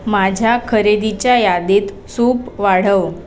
माझ्या खरेदीच्या यादीत सूप वाढव